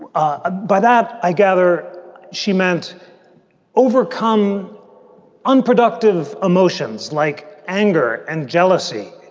ah by that, i gather she meant overcome unproductive emotions like anger and jealousy.